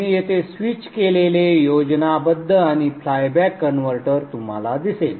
तुम्ही येथे स्विच केलेले योजनाबद्ध आणि फ्लायबॅक कनव्हर्टर तुम्हाला दिसेल